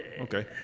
Okay